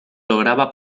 lograba